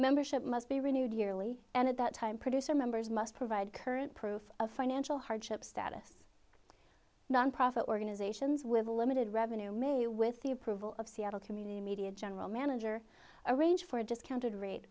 membership must be renewed yearly and at that time producer members must provide current proof of financial hardship status nonprofit organizations with a limited revenue may with the approval of seattle community media general manager arrange for a discounted rate